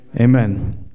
Amen